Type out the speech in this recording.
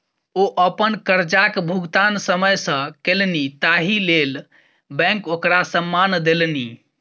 ओ अपन करजाक भुगतान समय सँ केलनि ताहि लेल बैंक ओकरा सम्मान देलनि